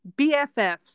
BFFs